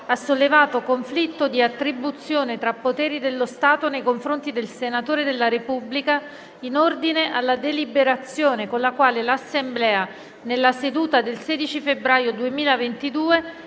ha sollevato conflitto di attribuzione tra poteri dello Stato nei confronti del senatore della Repubblica in ordine alla deliberazione con la quale l'Assemblea nella seduta del 16 febbraio 2022